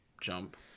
jump